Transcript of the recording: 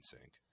sink